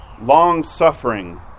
long-suffering